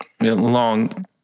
long